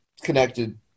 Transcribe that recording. connected